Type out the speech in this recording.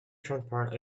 transparent